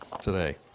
today